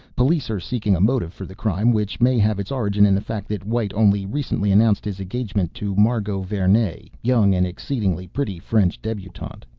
police are seeking a motive for the crime, which may have its origin in the fact that white only recently announced his engagement to margot vernee, young and exceedingly pretty french debutante.